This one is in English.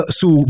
su